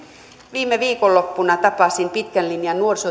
viime viikonloppuna tapasin pitkän linjan nuorisotyöntekijän